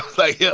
like, yeah